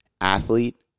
Athlete